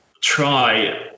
try